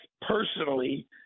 personally